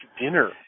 dinner